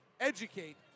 educate